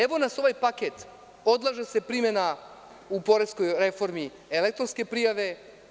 Evo ovaj paket, odlaže se primena u poreskoj reformi elektronske prijave.